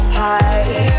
high